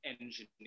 engineer